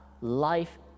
life